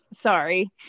Sorry